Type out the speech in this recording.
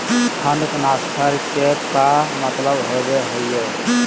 Fund transfer के का मतलब होव हई?